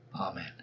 amen